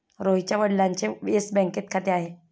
रोहितच्या वडिलांचे येस बँकेत खाते आहे